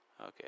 Okay